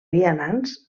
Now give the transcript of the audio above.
vianants